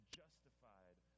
justified